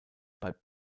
bei